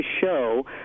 show